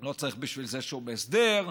לא צריך בשביל זה שום הסדר.